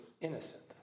innocent